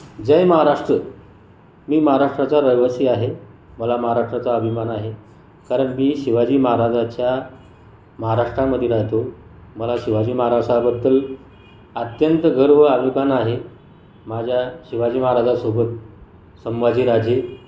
जय महाराष्ट्र मी महाराष्ट्राचा रहिवासी आहे मला महाराष्ट्राचा अभिमान आहे कारण मी शिवाजी महाराजाच्या महाराष्ट्रामध्ये राहतो मला शिवाजी महारासाबद्दल अत्यंत गर्व अभिमान आहे माझ्या शिवाजी महाराजासोबत संभाजीराजे